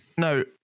Now